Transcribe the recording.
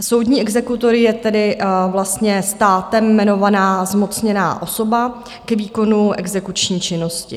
Soudní exekutor je tedy vlastně státem jmenovaná zmocněná osoba k výkonu exekuční činnosti.